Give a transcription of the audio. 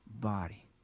body